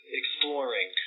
exploring